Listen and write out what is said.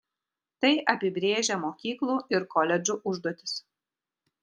tai apibrėžia mokyklų ir koledžų užduotis